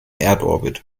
erdorbit